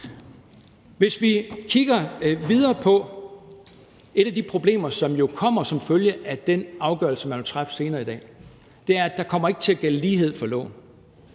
Hvis vi kigger videre på det, så er et af de problemer, som jo kommer som følge af den afgørelse, man træffer senere i dag, at der ikke kommer til at gælde lighed for loven.